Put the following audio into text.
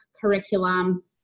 curriculum